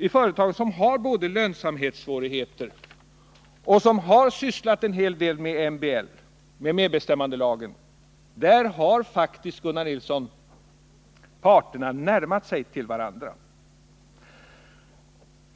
I företag som har lönsamhetssvårigheter och som har sysslat en hel del med MBL har faktiskt parterna närmat sig varandra, Gunnar Nilsson.